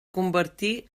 convertí